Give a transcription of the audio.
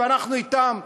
ואנחנו אתם.